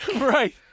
Right